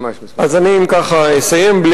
אם ככה, אסיים.